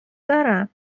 دارم